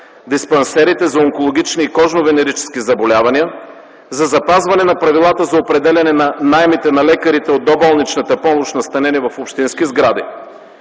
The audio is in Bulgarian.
диспансерите за онкологични и кожно-венерически заболявания, за запазване на правилата за определяне на наемите на лекарите от доболничната помощ, настанени в общински сгради.